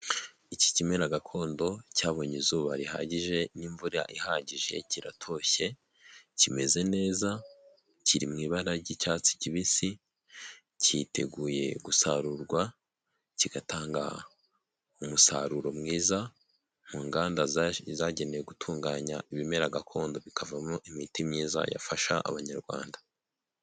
iki kimera gakondo cyabonye izuba rihagije n'imvura ihagije, kiratoshye, kimeze neza, kiri mu ibara ry'icyatsi kibisi, cyiteguye gusarurwa kigatanga umusaruro mwiza, mu nganda zagenewe gutunganya ibimera gakondo bikavamo imiti myiza yafasha abanyarwanda.